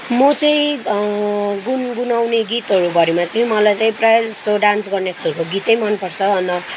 म चाहिँ गुनगुनाउने गीतहरू भरिमा चाहिँ प्रायः जस्तो डान्स गर्ने खालको गीतै मन पर्छ अन्त